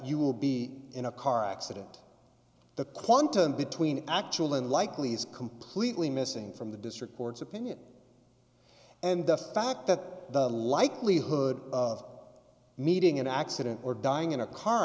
you will be in a car accident the quantum between actual and likely is completely missing from the district court's opinion and the fact that the likelihood of meeting an accident or dying in a car